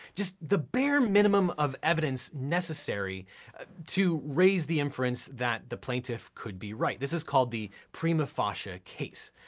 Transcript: just the bare minimum of evidence necessary to raise the inference that the plaintiff could be right. this is called the prima facie case.